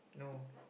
no